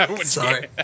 Sorry